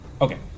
Okay